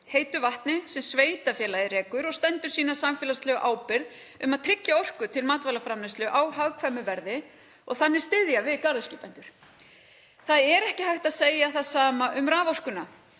heitu vatni sem sveitarfélagið rekur og stendur undir sinni samfélagslegu ábyrgð um að tryggja orku til matvælaframleiðslu á hagkvæmu verði og þannig styðja við garðyrkjubændur. Það er ekki hægt að segja það sama um raforkuna.